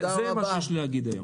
תודה רבה.